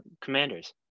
commanders